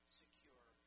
secure